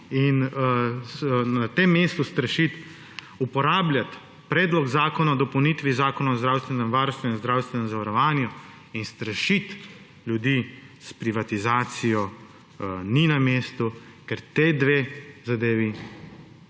in na tem mestu uporabljati Predlog zakona o dopolnitvi Zakona o zdravstvenem varstvu in zdravstvenem zavarovanju in strašiti ljudi s privatizacijo ni na mestu, ker ti dve zadevi